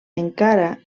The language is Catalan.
encara